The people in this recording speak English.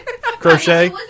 Crochet